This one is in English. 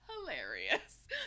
hilarious